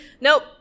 Nope